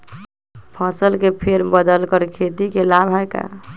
फसल के फेर बदल कर खेती के लाभ है का?